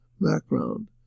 background